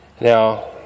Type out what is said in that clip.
now